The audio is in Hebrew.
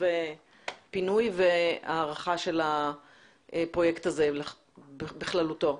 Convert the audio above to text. פינוי והערכה של הפרויקט הזה בכללותו.